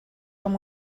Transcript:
com